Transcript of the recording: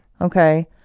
Okay